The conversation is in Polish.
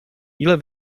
ile